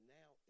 now